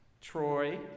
Troy